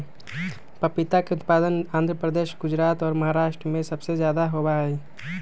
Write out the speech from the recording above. पपीता के उत्पादन आंध्र प्रदेश, गुजरात और महाराष्ट्र में सबसे ज्यादा होबा हई